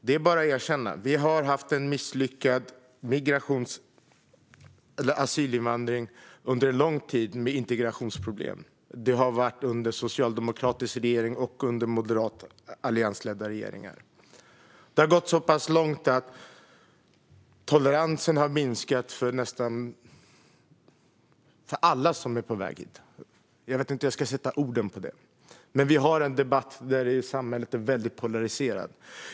Det är bara att erkänna att vi har haft en misslyckad asylinvandring under lång tid med integrationsproblem, och det har varit under både socialdemokratiska regeringar och moderatledda alliansregeringar. Det har gått så pass långt att toleransen har minskat för nästan alla som är på väg hit. Jag vet inte hur jag ska sätta ord på det, men vi har i samhället en väldigt polariserad debatt.